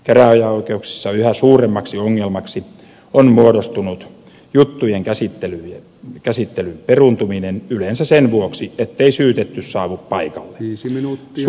käräjäoikeuksissa yhä suuremmaksi ongelmaksi on muodostunut juttujen käsittelyn peruuntuminen yleensä sen vuoksi ettei syytetty saavu paikalle